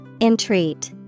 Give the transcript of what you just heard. Entreat